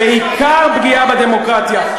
בעיקר פגיעה בדמוקרטיה.